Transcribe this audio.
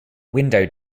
window